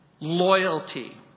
loyalty